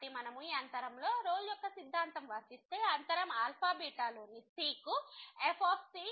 కాబట్టి మనము ఈ అంతరం లో రోల్ యొక్క సిద్ధాంతం వర్తిస్తే అంతరం α β లోని c కు fc0 ఇస్తుంది